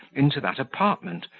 into that apartment,